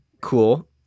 Cool